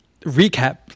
recap